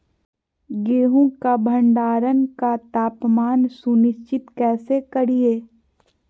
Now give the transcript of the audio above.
गेहूं का भंडारण का तापमान सुनिश्चित कैसे करिये?